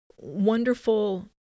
wonderful